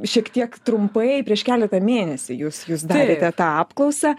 šiek tiek trumpai prieš keletą mėnesių jūs jūs darėte tą apklausą